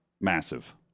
Massive